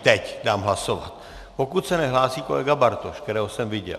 Teď dám hlasovat, pokud se nehlásí kolega Bartoš, kterého jsem viděl.